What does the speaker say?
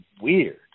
weird